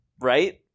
Right